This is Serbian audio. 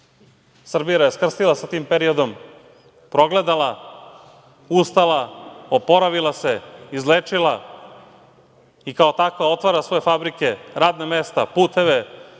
je raskrstila sa tim periodom, progledala, ustala, oporavila se, izlečila i kao takva otvara svoje fabrike, radna mesta, puteve,